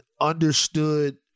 understood